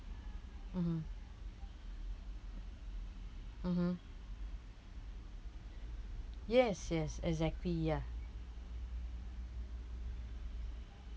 mmhmm mmhmm yes yes exactly ya